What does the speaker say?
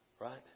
Right